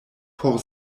por